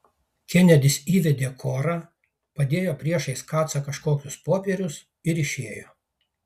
kenedis įvedė korą padėjo priešais kacą kažkokius popierius ir išėjo